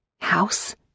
House